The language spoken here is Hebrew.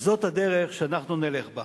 זאת הדרך שאנחנו נלך בה.